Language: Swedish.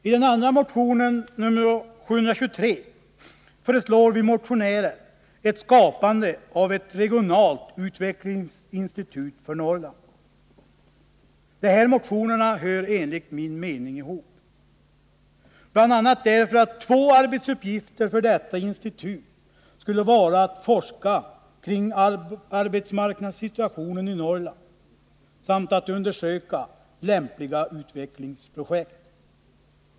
I den andra motionen, nr 723, föreslår vi motionärer skapandet av ett regionalt utvecklingsinstitut för Norrland. De här motionerna hör enligt min mening ihop, bl.a. därför att två arbetsuppgifter för detta institut skulle vara att forska kring arbetsmarknadssituationen i Norrland samt att undersöka lämpliga utvecklingsprojekt.